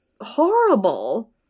horrible